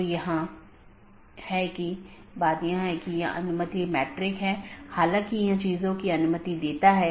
2 update message routing जानकारी को BGP साथियों के बीच आदान प्रदान करता है